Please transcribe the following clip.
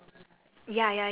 ya